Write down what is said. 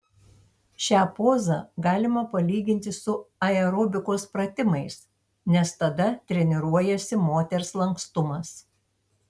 šią pozą galima palyginti su aerobikos pratimais nes tada treniruojasi moters lankstumas